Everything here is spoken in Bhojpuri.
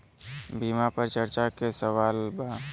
बीमा पर चर्चा के सवाल बा?